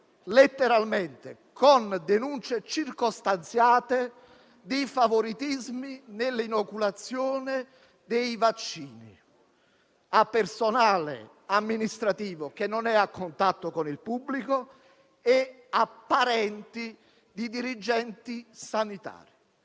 letteralmente, con denunce circostanziate, di favoritismi nell'inoculazione dei vaccini a personale amministrativo che non è a contatto con il pubblico e a parenti di dirigenti sanitari.